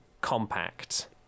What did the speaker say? compact